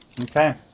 Okay